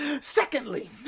Secondly